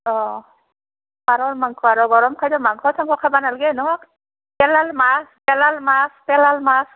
অঁ পাৰৰ মাংস আৰু গৰম খাদ্য মাংস চাংস খাব নালাগে ন তেলাল মাছ তেলাল মাছ তেলাল মাছ